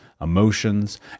emotions